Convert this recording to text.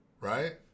Right